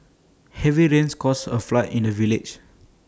heavy rains caused A flood in the village